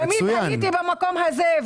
תמיד הייתי במקום הזה -- מצוין.